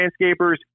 landscapers